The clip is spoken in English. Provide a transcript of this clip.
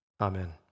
Amen